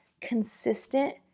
consistent